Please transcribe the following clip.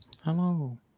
Hello